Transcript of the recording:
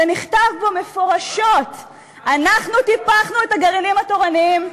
ונכתב בו מפורשות: אנחנו טיפחנו את הגרעינים התורניים,